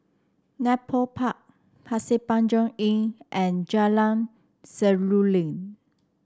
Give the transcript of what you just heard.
Nepal Park Pasir Panjang Inn and Jalan Seruling